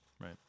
Right